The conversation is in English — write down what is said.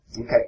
Okay